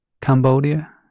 Cambodia